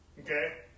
Okay